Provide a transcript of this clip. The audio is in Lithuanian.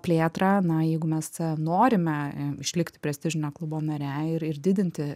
plėtrą na jeigu mes norime išlikt prestižinio klubo nare ir ir didinti